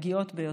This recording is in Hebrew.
הפגיעות ביותר,